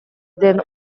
den